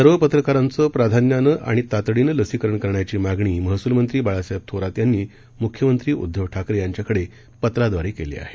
सर्व पत्रकारांचं प्राधान्यानं आणि तातडीनं लसीकरण करण्याची मागणी महसूल मंत्री बाळासाहेब थोरात यांनी मुख्यमंत्री उद्धव ठाकरे यांच्याकडे पत्राद्वारे केली आहे